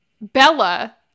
Bella